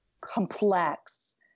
complex